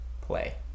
play